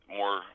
more